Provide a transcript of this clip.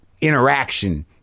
interaction